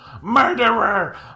murderer